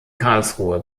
karlsruhe